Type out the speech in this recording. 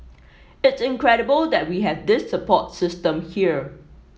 it's incredible that we have this support system here